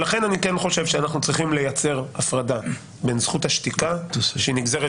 לכן אני כן חושב שאנחנו צריכים לייצר הפרדה בין זכות השתיקה שהיא נגזרת